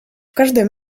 każdym